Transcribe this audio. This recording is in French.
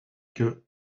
que